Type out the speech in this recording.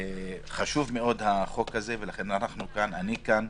חשובה מאוד הצעת החוק הזאת ולכן אני כאן,